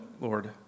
Lord